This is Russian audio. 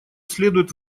следует